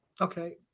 Okay